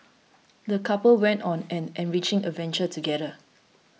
the couple went on an enriching adventure together